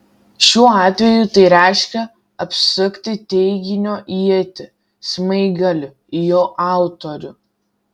šiuo atveju tai reiškia apsukti teiginio ietį smaigaliu į jo autorių